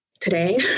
today